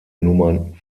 nummern